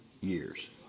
years